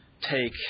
take